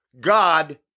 God